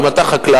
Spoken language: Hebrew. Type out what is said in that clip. אם אתה חקלאי,